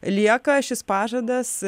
lieka šis pažadas